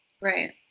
Right